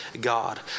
God